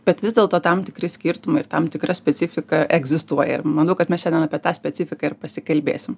bet vis dėlto tam tikri skirtumai ir tam tikra specifika egzistuoja ir manau kad mes šiandien apie tą specifiką ir pasikalbėsim